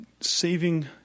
saving